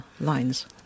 lines